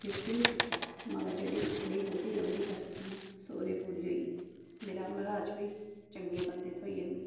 प्योके सिक्खेआ मगर जेह्ड़ी इत्थूं दी बौह्ती रौंहदी कसर ही ना सोरे पूरी होई गेई मेरा मर्हाज बी चंगे बंदे थ्होई गे मिगी